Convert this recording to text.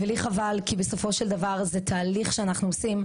לי חבל, כי בסופו של דבר זה תהליך שאנחנו עושים,